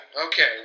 Okay